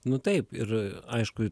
nu taip ir aišku